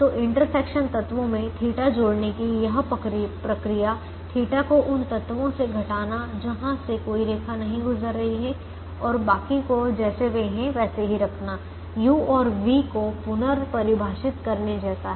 तो इंटरसेक्शन तत्वों में θ जोड़ने की यह प्रक्रिया थीटा को उन तत्वों से घटाना जहाँ से कोई रेखा नहीं गुजर रही है और बाकी को जैसे वे हैं वैसे ही रखना u और v को पुनर्परिभाषित करने जैसा है